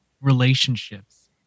relationships